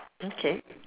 okay